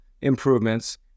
improvements